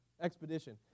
Expedition